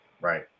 Right